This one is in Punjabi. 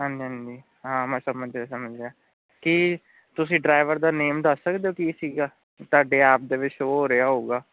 ਹਾਂਜੀ ਹਾਂਜੀ ਹਾਂ ਮੈਂ ਸਮਝ ਗਿ ਸਮਝ ਗਿਆ ਕੀ ਤੁਸੀਂ ਡਰਾਈਵਰ ਦਾ ਨੇਮ ਦੱਸ ਸਕਦੇ ਹੋ ਕੀ ਸੀਗਾ ਤੁਹਾਡੇ ਐੱਪ ਦੇ ਵਿੱਚ ਸ਼ੋ ਹੋ ਰਿਹਾ ਹੋਵੇਗਾ